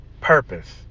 purpose